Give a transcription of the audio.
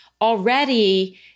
already